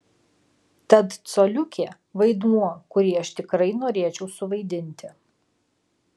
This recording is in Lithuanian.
tad coliukė vaidmuo kurį aš tikrai norėčiau suvaidinti